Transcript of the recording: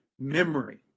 memory